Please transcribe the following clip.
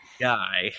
guy